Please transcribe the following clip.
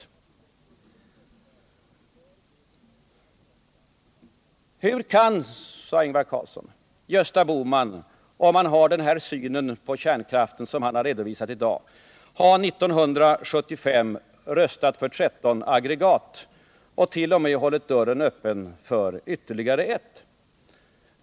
Ingvar Carlsson frågade: Hur kunde Gösta Bohman, om han har den syn på kärnkraften som han redovisat i dag, år 1975 röstat för 13 aggregat och t.o.m. ha hållit dörren öppen för ytterligare ett?